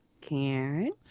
karen